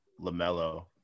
LaMelo